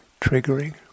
triggering